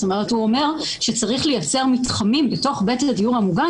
הוא אומר שצריך לייצר מתחמים בתוך הדיור המוגן